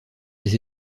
des